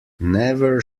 never